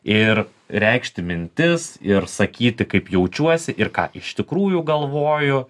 ir reikšti mintis ir sakyti kaip jaučiuosi ir ką iš tikrųjų galvoju